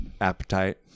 Appetite